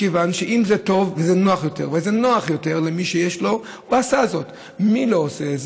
מכיוון שאם זה טוב וזה נוח יותר וזה נוח יותר למי שיש לו,